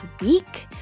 week